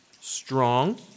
strong